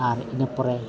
ᱟᱨ ᱤᱱᱟᱹ ᱯᱚᱨᱮ